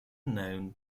known